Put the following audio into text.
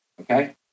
Okay